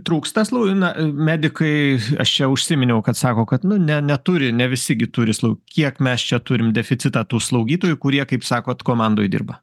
trūksta slau na medikai aš čia užsiminiau kad sako kad nu ne neturi ne visi gi turi slu kiek mes čia turim deficitą tų slaugytojų kurie kaip sakot komandoj dirba